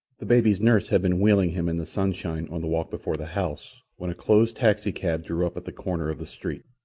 the baby's nurse had been wheeling him in the sunshine on the walk before the house when a closed taxicab drew up at the corner of the street.